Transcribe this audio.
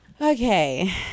Okay